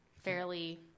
fairly